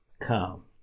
come